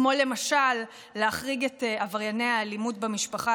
כמו למשל להחריג את עברייני האלימות במשפחה